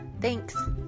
Thanks